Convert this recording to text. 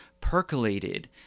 percolated